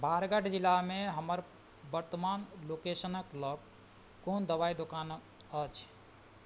बारगढ़ जिलामे हमर वर्तमान लोकेशनके लग कोन दवाइ दोकानके अछि